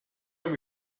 are